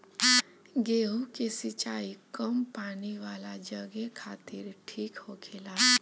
गेंहु के सिंचाई कम पानी वाला जघे खातिर ठीक होखेला